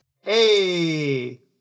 Hey